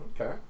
Okay